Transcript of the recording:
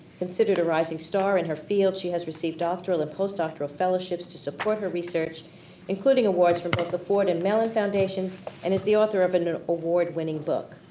considered a rising star in her field, she has received doctoral and postdoctoral fellowships to support her research including awards from but the ford and mellon foundation and is the author of and an award-winning book.